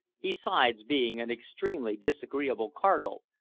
besides being an extremely disagreeable cargo,